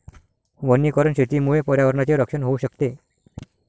वनीकरण शेतीमुळे पर्यावरणाचे रक्षण होऊ शकते